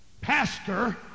Pastor